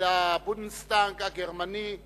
לבונדסטאג הגרמני,